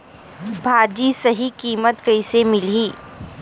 भाजी सही कीमत कइसे मिलही?